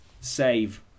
save